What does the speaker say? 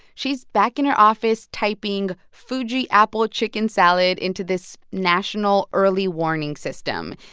she's back in her office typing fuji apple chicken salad into this national early warning system.